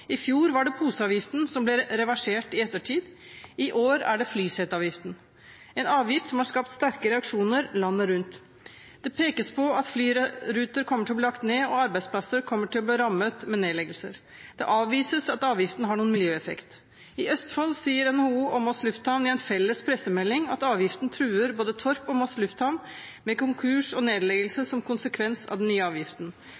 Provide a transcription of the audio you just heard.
I fjor var det poseavgiften, som ble reversert i ettertid. I år er det flyseteavgiften, en avgift som har skapt sterke reaksjoner landet rundt. Det pekes på at flyruter kommer til å bli lagt ned, og at arbeidsplasser kommer til å bli rammet av nedleggelser. Det avvises at avgiften har noen miljøeffekt. I Østfold sier NHO og Moss lufthavn Rygge i en felles pressemelding at avgiften truer både Sandefjord lufthavn Torp og Moss lufthavn Rygge med konkurs og nedleggelse, som konsekvens av den nye avgiften.